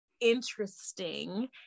interesting